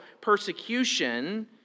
persecution